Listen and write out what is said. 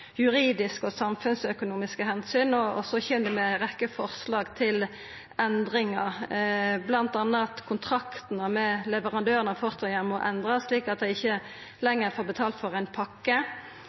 juridiske og samfunnsøkonomiske omsyn, og så kjem ein med ei rekkje forslag til endringar, bl.a. at kontraktane med leverandørane av fosterheimar må endrast, slik at dei ikkje lenger får betalt for ein pakke,